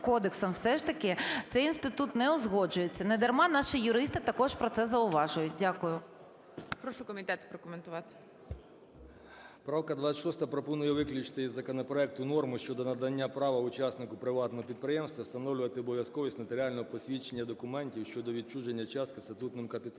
все ж таки цей інститут не узгоджується, недарма наші юристи також про це зауважують. Дякую. ГОЛОВУЮЧИЙ. Прошу комітет прокоментувати. 11:46:07 КУЛІНІЧ О.І. Правка 26 пропонує виключити із законопроекту норму щодо надання права учаснику приватного підприємства встановлювати обов'язковість нотаріального посвідчення документів щодо відчуження частки у статутному капіталі